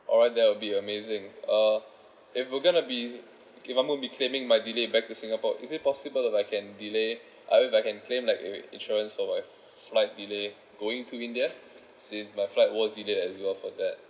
alright that will be amazing uh if it going to be if I won't be claiming my delay back to singapore is it possible if I can delay I'll be back and claim like a insurance so my flight delay going to india since my flight was delayed as well for that